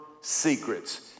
secrets